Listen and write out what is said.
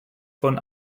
von